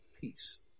peace